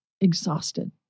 exhausted